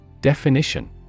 Definition